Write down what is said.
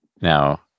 now